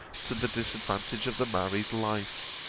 to the disadvantage of the married life?